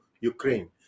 Ukraine